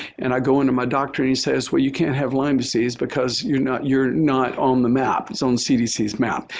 and i go into my doctor and he says, well, you can't have lyme disease because you're not you're not on the map. it's on the cdc's map.